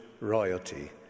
royalty